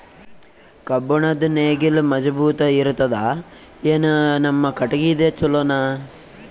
ಕಬ್ಬುಣದ್ ನೇಗಿಲ್ ಮಜಬೂತ ಇರತದಾ, ಏನ ನಮ್ಮ ಕಟಗಿದೇ ಚಲೋನಾ?